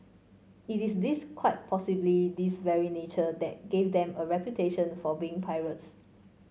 it is this quite possibly this very nature that gave them a reputation for being pirates